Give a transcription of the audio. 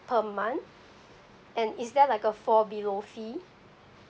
per month and is there like a fall below fee